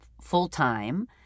full-time